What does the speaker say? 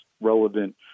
relevant